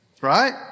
Right